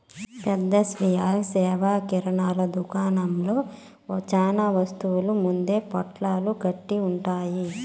పెద్ద స్వీయ సేవ కిరణా దుకాణంలో చానా వస్తువులు ముందే పొట్లాలు కట్టి ఉంటాయి